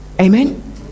Amen